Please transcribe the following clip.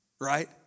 right